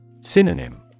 Synonym